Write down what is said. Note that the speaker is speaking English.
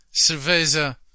Cerveza